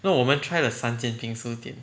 那我们 try 了三间 bingsu 店